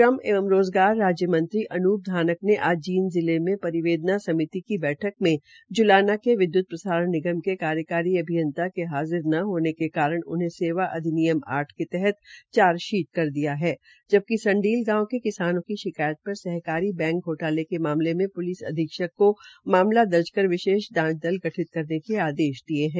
श्रम एवं रोज़गार राज्य मंत्री अनूल धानक ने आज जींद जिले के परिवेदना समिति की बैठक में ज्लाना के विद्युत प्रसारण निगम के कार्यकारी अभियंता के हाजिर ने होने के कारण उनहें सेवा अधिनियम आठ के तहत जार्चशीट कर दिया गया है जबकि संडील गांव के किसानों की शिकायतों पर सहकारी बैंक घोटाले के मामले में पुलिस अधीक्षक को मामला दर्ज कर विशेष जांच दल गठित करने के आदेश दिये है